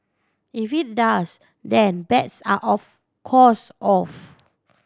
if it does then bets are of course off